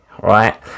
right